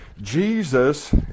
Jesus